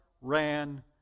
ran